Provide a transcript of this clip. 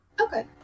Okay